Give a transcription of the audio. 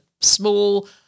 small